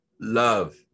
love